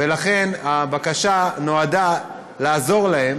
ולכן הבקשה נועדה לעזור להן